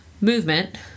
movement